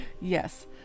Yes